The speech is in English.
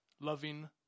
loving